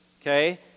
Okay